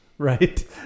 Right